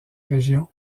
région